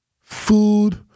food